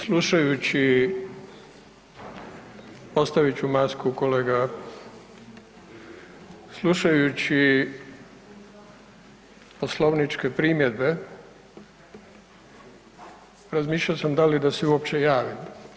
Slušajući, ostavit ću masku kolega, slušajući poslovničke primjedbe razmišljao sam da li da se uopće javim.